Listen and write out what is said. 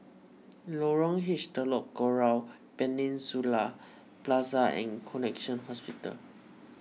Lorong H Telok Kurau Peninsula Plaza and Connexion Hospital